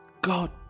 God